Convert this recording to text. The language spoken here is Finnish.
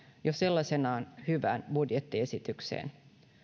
jo sellaisenaan hyvään budjettiesitykseen